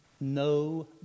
no